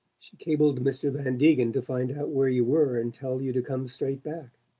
she cabled mr. van degen to find out where you were and tell you to come straight back.